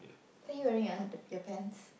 are you wearing your under your pants